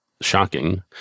shocking